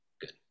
good